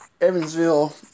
Evansville